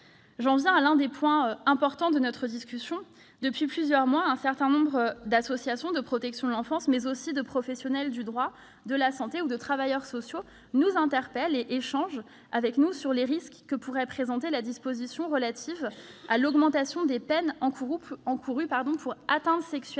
J'en viens à l'un des points importants de notre discussion. Depuis plusieurs mois, un certain nombre d'associations de protection de l'enfance, mais aussi de professionnels du droit, de la santé, ou de travailleurs sociaux nous interpellent et échangent avec nous sur les risques que pourrait présenter la disposition relative à l'augmentation des peines encourues pour atteinte sexuelle